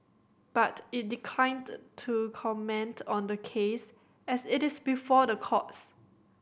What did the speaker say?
but it declined to comment on the case as it is before the courts